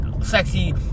sexy